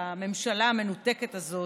בממשלה המנותקת הזאת,